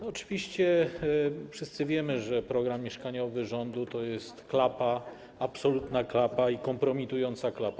Oczywiście wszyscy wiemy, że program mieszkaniowy rządu to jest klapa, absolutna klapa i kompromitująca klapa.